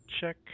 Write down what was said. check